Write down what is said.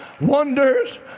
wonders